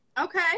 Okay